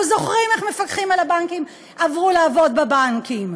אנחנו זוכרים איך מפקחים על הבנקים עברו לעבוד בבנקים.